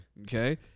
Okay